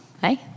hey